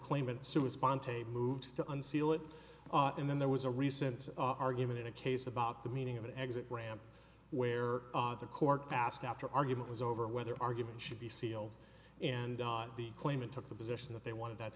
tape moved to unseal it and then there was a recent argument in a case about the meaning of an exit ramp where the court asked after argument was over whether argument should be sealed and on the claimant took the position that they wanted that